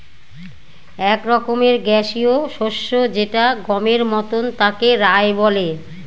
এক রকমের গ্যাসীয় শস্য যেটা গমের মতন তাকে রায় বলে